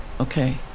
okay